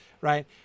right